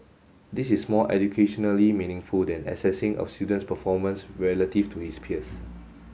this is more educationally meaningful than assessing a student's performance relative to his peers